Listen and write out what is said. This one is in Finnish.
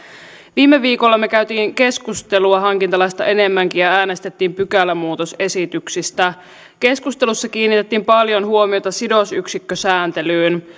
viime viikolla me kävimme keskustelua hankintalaista enemmänkin ja äänestimme pykälämuutosesityksistä keskustelussa kiinnitettiin paljon huomiota sidosyksikkösääntelyyn